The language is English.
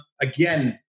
Again